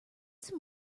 some